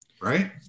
right